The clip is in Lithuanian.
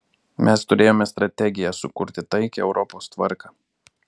mes turėjome strategiją sukurti taikią europos tvarką